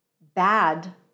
bad